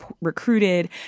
recruited